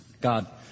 God